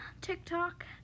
tiktok